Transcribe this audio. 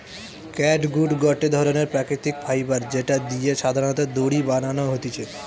catgut গটে ধরণের প্রাকৃতিক ফাইবার যেটা দিয়ে সাধারণত দড়ি বানানো হতিছে